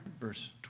verse